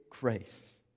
grace